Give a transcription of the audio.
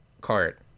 cart